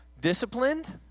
disciplined